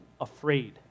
afraid